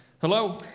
Hello